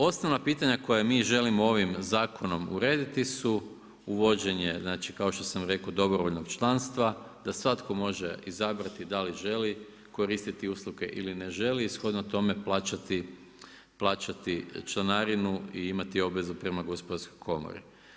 Osnovna pitanja koja mi želimo ovim zakonom urediti su uvođenje znači kao što sam rekao dobrovoljnog članstva da svatko može izabrati da li želi koristiti usluge ili ne želi i shodno tome plaćati članarinu i imati obvezu prema Gospodarskoj komori.